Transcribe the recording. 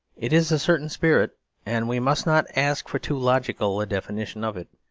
it is a certain spirit and we must not ask for too logical a definition of it,